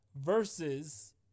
versus